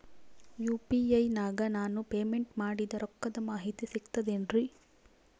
UPI ನಾಗ ನಾನು payment ಮಾಡಿದ ರೊಕ್ಕದ ಮಾಹಿತಿ ಸಿಕ್ತದೆ ಏನ್ರಿ?